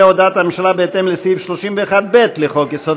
הודעת הממשלה בהתאם לסעיף 31(ב) לחוק-יסוד